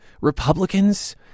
Republicans